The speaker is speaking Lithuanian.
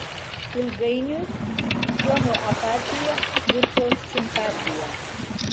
ilgainiui džono apatija virto simpatija